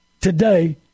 today